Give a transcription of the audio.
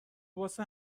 واسه